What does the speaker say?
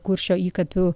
kuršio įkapių